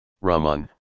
Raman